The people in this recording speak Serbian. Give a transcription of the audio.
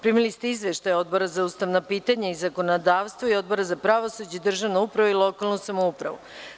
Primili ste izveštaje Odbora za ustavna pitanja i zakonodavstvo i Odbora za pravosuđe, državnu upravu i lokalnu samoupravu.